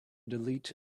delete